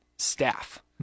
staff